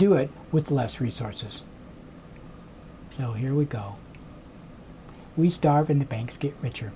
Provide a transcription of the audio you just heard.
do it with less resources so here we go we start in the banks get richer